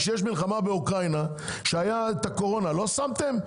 כשיש מלחמה באוקראינה, כשהייתה הקורונה, לא שמתם?